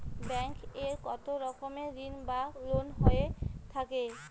Bank এ কত রকমের ঋণ বা লোন হয়ে থাকে?